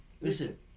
listen